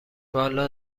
والا